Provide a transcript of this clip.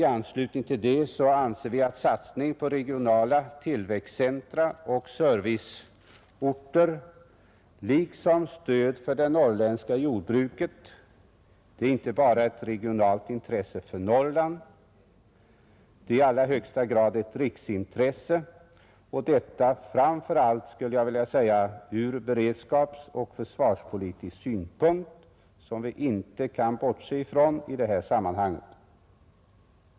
I anslutning härtill anser vi att satsning på regionala tillväxtcentra och serviceorter liksom stöd för det norrländska jordbruket är inte bara ett regionalt intresse för Norrland. Det är i allra högsta grad ett riksintresse, framför allt ur beredskapssynpunkt och försvarspolitisk synpunkt, som vi inte kan bortse från i detta sammanhang.